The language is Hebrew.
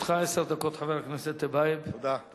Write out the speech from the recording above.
חבר הכנסת טיבייב, לרשותך עשר דקות.